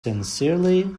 sincerely